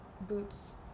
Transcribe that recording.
boots